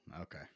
Okay